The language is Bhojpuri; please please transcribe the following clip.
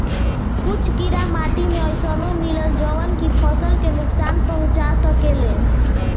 कुछ कीड़ा माटी में अइसनो मिलेलन जवन की फसल के नुकसान पहुँचा सकेले